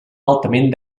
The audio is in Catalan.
altament